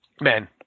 Men